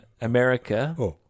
America